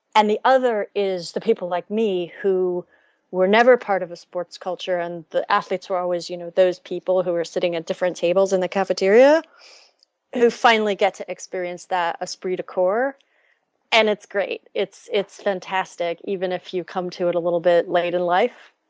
and the other is the people like me who were never part of a sports culture and the athletes where always you know those people who were sitting at different tables in the cafeteria who finally get to experience that spirit of core and it's great. it's it's fantastic even if you come to it a little bit late in life.